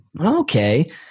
Okay